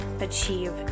achieve